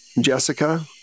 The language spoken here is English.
Jessica